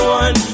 one